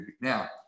now